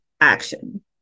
action